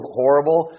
horrible